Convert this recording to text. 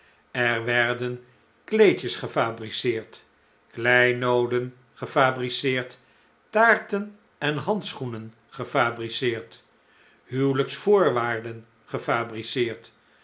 er werden kleedjes gefabriceerd kleinooden gefabriceerd taarten en handschoenen gefabriceerd huwelijksvoorwaarden gefabriceerd